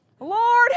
Lord